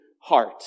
heart